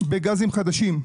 בגזים חדשים.